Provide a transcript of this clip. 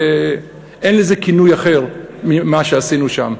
אין לזה כינוי אחר, מה שעשינו שם.